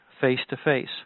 face-to-face